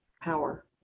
power